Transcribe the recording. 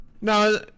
No